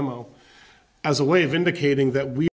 below as a way of indicating that we